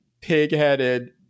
pig-headed